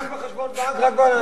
רק בחשבון בנק?